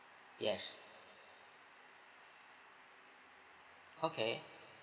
yes okay